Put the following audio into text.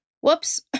Whoops